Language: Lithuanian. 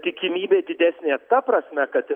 tikimybė didesnė ta prasme kad